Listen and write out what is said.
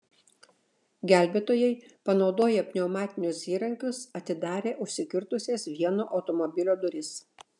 gelbėtojai panaudoję pneumatinius įrankius atidarė užsikirtusias vieno automobilio duris